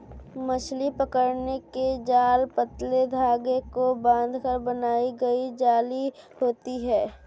मछली पकड़ने के जाल पतले धागे को बांधकर बनाई गई जाली होती हैं